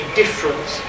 difference